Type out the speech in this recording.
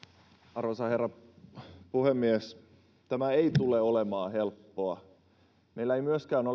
arvoisa herra puhemies tämä ei tule olemaan helppoa meidän on